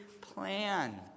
plan